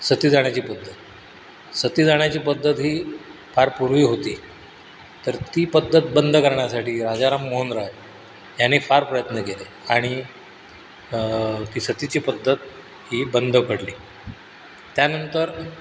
सती जाण्याची पद्धत सती जाण्याची पद्धत ही फार पूर्वी होती तर ती पद्धत बंद करण्यासाठी राजा राममोहन रॉय यांनी फार प्रयत्न केले आणि ती सतीची पद्धत ही बंद पडली त्यानंतर